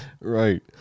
Right